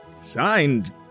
Signed